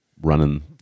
running